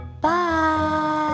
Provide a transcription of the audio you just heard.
Bye